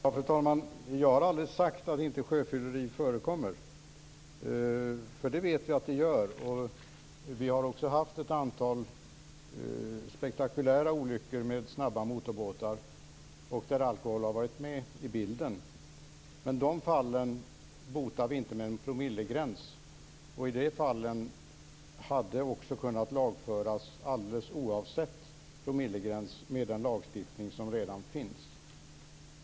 Fru talman! Jag har aldrig sagt att det inte förekommer sjöfylleri. Det vet vi att det gör. Vi har också haft ett antal spektakulära olyckor med snabba motorbåtar där alkohol har varit med i bilden. Men de olyckorna förhindrar vi inte med en promillegräns. De fallen hade kunnat lagföras alldeles oavsett promillegräns med den lagstiftning som redan finns.